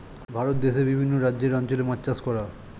ভারত দেশে বিভিন্ন রাজ্যের অঞ্চলে মাছ চাষ করা